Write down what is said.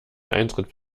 eintritt